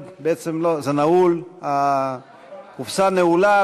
בעצם לא, זה נעול, הקופסה נעולה.